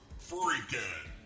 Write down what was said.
Freakin